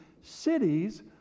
cities